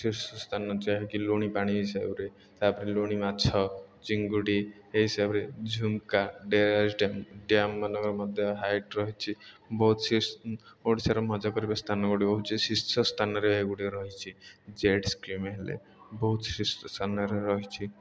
ଶୀର୍ଷ ସ୍ଥାନ ଯାହାକି ଲୁଣି ପାଣି ହିସାବରେ ତା'ପରେ ଲୁଣି ମାଛ ଚିଙ୍ଗୁଡ଼ି ଏଇ ହିସାବରେ ଝୁମ୍କା ଡେରାସ ଡ୍ୟାମ୍ ଡ୍ୟାମ୍ ମାନଙ୍କର ମଧ୍ୟ ହାଇଟ୍ ରହିଛି ବହୁତ ଓଡ଼ିଶାରେ ମଜା କରିବା ସ୍ଥାନ ଗୁଡ଼ିଏ ବହୁତ ଶୀର୍ଷ ସ୍ଥାନରେ ଏଗୁଡ଼ିଏ ରହିଛି ଜେଟ୍ ସ୍କିମ୍ ହେଲେ ବହୁତ ଶୀର୍ଷ ସ୍ଥାନରେ ରହିଛି